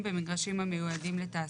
יש היצע תעסוקה ולא מצליחים לייצר תעסוקה,